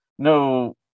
No